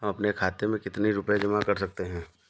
हम अपने खाते में कितनी रूपए जमा कर सकते हैं?